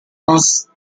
anse